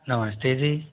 नमस्ते जी